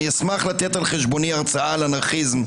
אשמח לתת על חשבוני הרצאה על אנרכיזם.